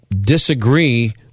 disagree